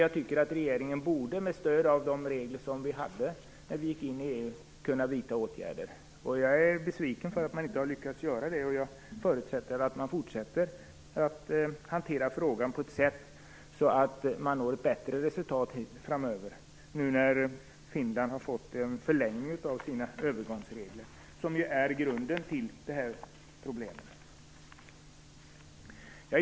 Jag tycker att regeringen, med stöd av de regler som vi hade när vi gick in i EU, borde kunna vidta åtgärder. Jag är besviken för att man inte har lyckats göra det. Jag förutsätter att man i fortsättningen hanterar frågan på ett sådant sätt att man når bättre resultat. Finland har ju fått en förlängning av sina övergångsregler, det är det som är grunden till det här problemet.